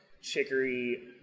chicory